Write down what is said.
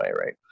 Right